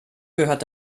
gehört